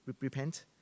repent